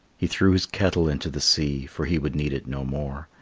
he threw his kettle into the sea, for he would need it no more,